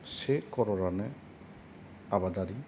से कररानो आबादारि